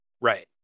Right